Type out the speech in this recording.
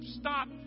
stop